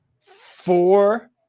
four